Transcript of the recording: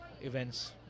events